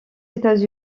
états